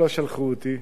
לא שלחו אותי.